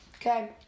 Okay